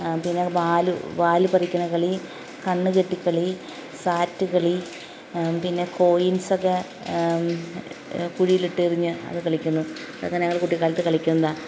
പിന്നെ വാല് വാല് പറിക്കണ കളി കണ്ണ് കെട്ടിക്കളി സാറ്റ് കളി പിന്നെ കോയിൻസൊക്കെ കുഴീലിട്ടെറിഞ്ഞ് അത് കളിക്കുന്നു അതൊക്കെ ഞങ്ങൾ കുട്ടിക്കാലത്ത് കളിക്കുന്നതാണ്